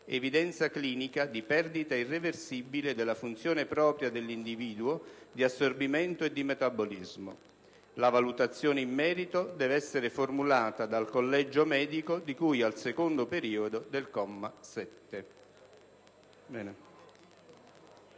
evidenza clinica di perdita irreversibile della funzione propria dell'individuo di assorbimento e di metabolismo. La valutazione in merito deve essere formulata dal collegio medico di cui al secondo periodo del comma 7".